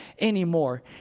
anymore